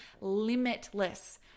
limitless